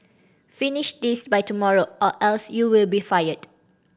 finish this by tomorrow or else you will be fired